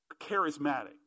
charismatic